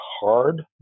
hard